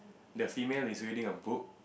the female is reading a book